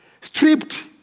Stripped